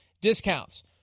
discounts